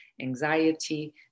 anxiety